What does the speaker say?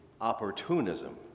opportunism